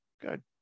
Good